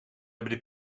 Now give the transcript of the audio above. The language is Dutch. hebben